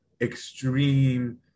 extreme